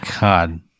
God